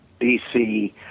dc